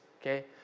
okay